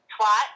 twat